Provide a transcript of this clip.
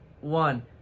one